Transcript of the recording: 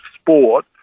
sport